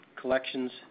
collections